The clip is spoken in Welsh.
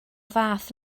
fath